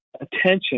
attention